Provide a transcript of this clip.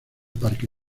parque